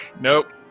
Nope